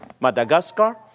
Madagascar